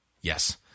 Yes